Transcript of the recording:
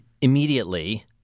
immediately